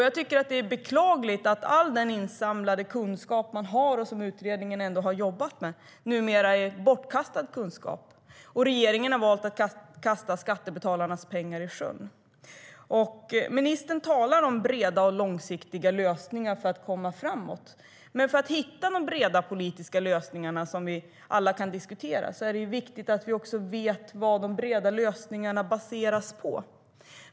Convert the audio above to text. Jag tycker att det är beklagligt att all den kunskap som man har samlat in och som utredningen har jobbat med numera är bortkastad kunskap. Regeringen har valt att kasta skattebetalarnas pengar i sjön. Ministern talar om att vi behöver breda och långsiktiga lösningar för att komma framåt. Men för att hitta de breda politiska lösningar som vi alla kan diskutera är det viktigt att vi vet vad dessa lösningar ska baseras på.